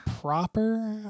proper